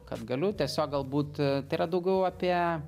kad galiu tiesiog galbūt tai yra daugiau apie